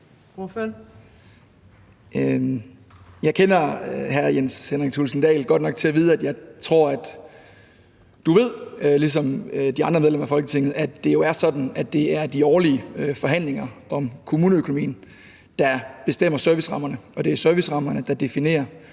Jeg kender hr. Jens Henrik Thulesen Dahl godt nok til at vide, at jeg tror, at du ved – ligesom de andre medlemmer af Folketinget – at det jo er sådan, at det er de årlige forhandlinger om kommuneøkonomien, der bestemmer servicerammerne, og det er servicerammerne, der definerer,